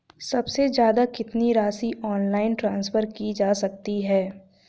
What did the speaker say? सबसे ज़्यादा कितनी राशि ऑनलाइन ट्रांसफर की जा सकती है?